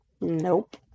Nope